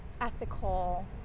ethical